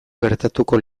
gertatuko